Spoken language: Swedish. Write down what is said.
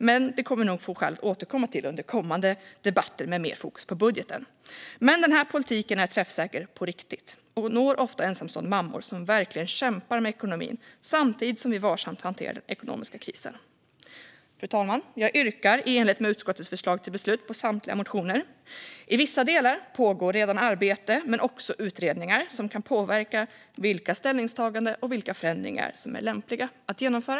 Men det kommer vi nog att få skäl att återkomma till under kommande debatter med mer fokus på budgeten. Men denna politik är träffsäker på riktigt och når ofta ensamstående mammor som verkligen kämpar med ekonomin, samtidigt som vi varsamt hanterar den ekonomiska krisen. Fru talman! Jag yrkar bifall till utskottets förslag till beslut. I vissa delar pågår redan arbete men också utredningar som kan påverka vilka ställningstaganden och förändringar som är lämpliga att genomföra.